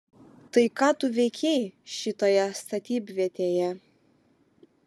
tai ką tu veikei šitoje statybvietėje